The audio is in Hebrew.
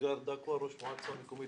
אדגאר דכואר, ראש מועצה מקומית